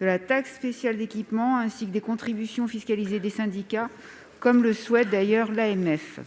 de la taxe spéciale d'équipement, la TSE, ainsi que des contributions fiscalisées des syndicats, comme le souhaite l'Association